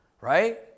right